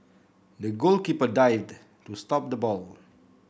the goalkeeper dived to stop the ball